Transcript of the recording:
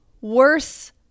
worse